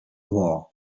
war